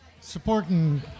supporting